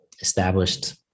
established